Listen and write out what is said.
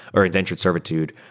or indentured servitude.